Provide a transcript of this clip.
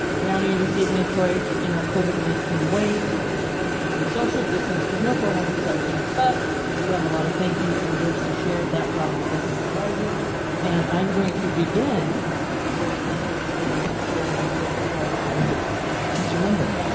we and only do this evening troy in our covid nineteen way social distance with no formal reception, but we have a lot of thank yous and words to share at that probably doesn't surprise you and i'm going to begin those thank yous and sharing with our very own mr lundberg.